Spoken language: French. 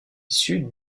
issu